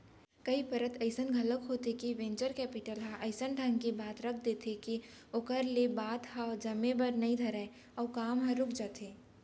कई परत अइसन घलोक होथे के वेंचर कैपिटल ह अइसन ढंग के बात रख देथे के ओखर ले बात ह जमे बर नइ धरय अउ काम ह रुक जाथे